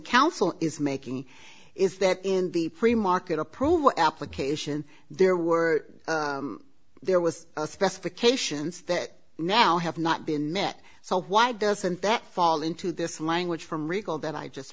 counsel is making is that in the premarket approval application there were there was a specifications that now have not been met so why doesn't that fall into this language from recall that i just